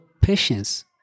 patience